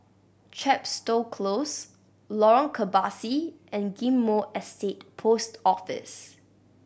Chepstow Close Lorong Kebasi and Ghim Moh Estate Post Office